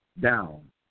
down